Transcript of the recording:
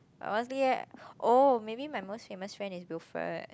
honestly eh oh maybe my most famous friend is Wilfred